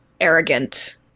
arrogant